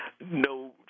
no